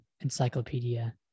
encyclopedia